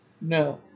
No